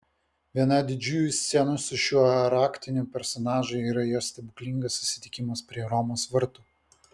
viena didžiųjų scenų su šiuo raktiniu personažu yra jo stebuklingas susitikimas prie romos vartų